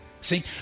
See